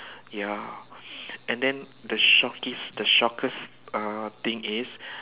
ya and then the shockest the shockest uh thing is